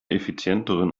effizienteren